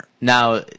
Now